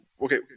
okay